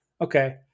Okay